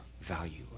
value